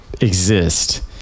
exist